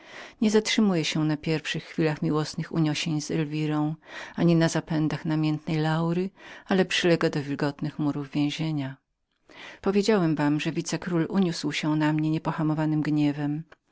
nie zatrzymuje się na pierwszych chwilach miłosnych uniesień z elwirą ani na zapędach namiętnej laury ale przylega do wilgotnych murów więzienia powiedziałem wam że wice król uniósł się na mnie niepohamowanym gniewem